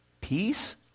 Peace